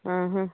ଅଁ ହଁ